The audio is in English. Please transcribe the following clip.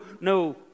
no